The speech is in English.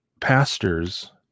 pastors